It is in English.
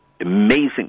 amazing